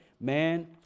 man